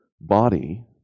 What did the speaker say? body